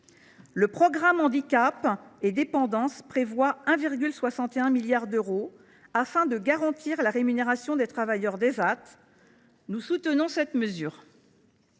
Le programme « Handicap et dépendance » prévoit 1,61 milliard d’euros afin de garantir la rémunération des travailleurs en Ésat. Nous soutenons cette mesure.